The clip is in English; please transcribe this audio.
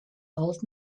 old